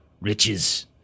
Riches